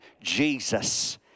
Jesus